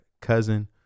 cousin